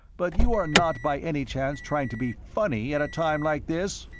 but you are not by any chance trying to be funny at a time like this?